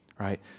Right